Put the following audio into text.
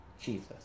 Jesus